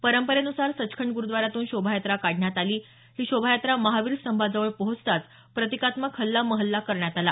परंपरेनुसार सचखंड गुरूद्वाऱ्यातून शोभायात्रा काढण्यात आली ही शोभायात्रा महावीर स्तंभाजवळ पोहोचताच प्रतिकात्मक हल्लामहल्ला करण्यात आला